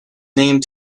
name